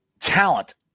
talent